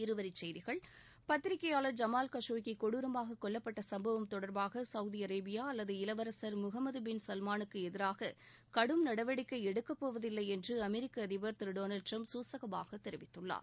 இருவரி செய்திகள் பத்திரிக்கையாளர் ஜமால் கசோகி கொடூரமாக கொல்லப்பட்ட சம்பவம் தொடர்பாக சவுதி அரேபியா அல்லது இளவரன் முகம்மது பின் சல்மானுக்கு எதிராக கடும் நடவடிக்கை எடுக்கப் போவதில்லை என்று அமெரிக்க அதிபர் டொனால்ட் ட்ரம்ப் குசகமாக தெரிவித்துள்ளார்